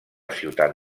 ciutat